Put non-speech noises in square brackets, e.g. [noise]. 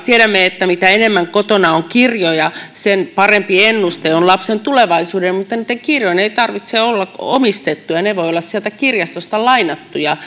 tiedämme että mitä enemmän kotona on kirjoja sen parempi ennuste on lapsen tulevaisuudelle mutta niitten kirjojen ei tarvitse olla omistettuja ne voivat olla sieltä kirjastosta lainattuja [unintelligible]